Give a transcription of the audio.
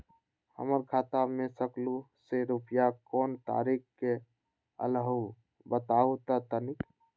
हमर खाता में सकलू से रूपया कोन तारीक के अलऊह बताहु त तनिक?